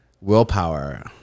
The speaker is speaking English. willpower